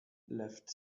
left